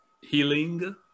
healing